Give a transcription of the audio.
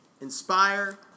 inspire